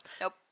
Nope